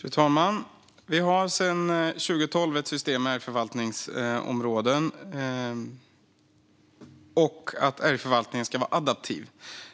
Fru talman! Vi har sedan 2012 ett system med älgförvaltningsområden och att älgförvaltningen ska vara adaptiv,